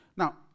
Now